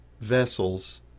vessels